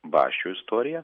basčio istorija